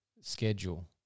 schedule